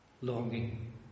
longing